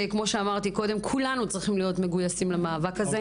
שכמו שאמרתי קודם כולנו צריכים להיות מגויסים למאבק הזה.